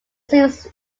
seemed